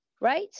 right